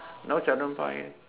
now seldom find